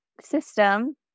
system